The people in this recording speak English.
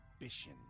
ambition